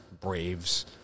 Brave's